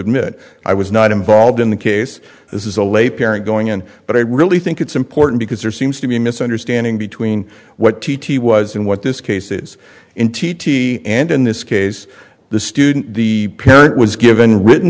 admit i was not involved in the case this is a lay parent going on but i really think it's important because there seems to be a misunderstanding between what t t was and what this case is in t t and in this case the student the parent was given written